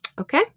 Okay